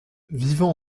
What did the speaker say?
vivant